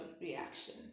reaction